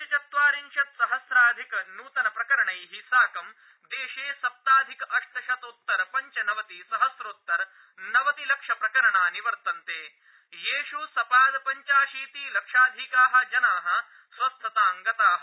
साम्प्रतं देशे पञ्चचत्वारिंशत् सहस्रधिक नूतन प्रकरणैः साकं देशे सप्ताधिक अष्टशतोतर पञ्चनवति सहस्रोतर नवतिलक्षप्रकरणानि वर्तन्ते येष् सपादपञ्चाशीति लक्षाधिकाः जनाः स्वस्थतांगताः